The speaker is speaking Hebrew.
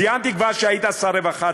ציינתי כבר שהיית שר רווחה.